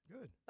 Good